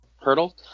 hurdle